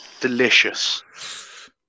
Delicious